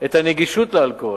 את הגישה לאלכוהול.